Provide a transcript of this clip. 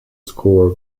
score